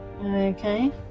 Okay